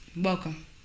Welcome